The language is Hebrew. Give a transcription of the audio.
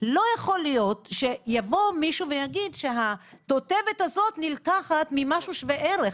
לא יכול להיות שיבוא מישהו ויגיד שהתותבת הזאת נלקחת ממשהו שווה ערך.